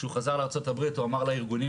כשהוא חזר לארצות הברית הוא אמר לארגונים